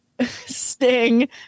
Sting